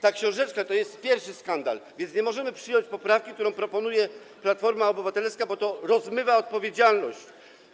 Ta książeczka to jest pierwszy skandal, więc nie możemy przyjąć poprawki, którą proponuje Platforma Obywatelska, bo to rozmywa odpowiedzialność.